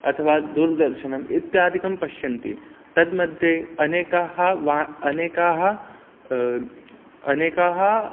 अथवा दूरदर्शनम् इत्यादिकं पश्यन्ति तस्य मध्ये अनेकाः वा अनेकाः अनेकाः